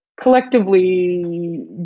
collectively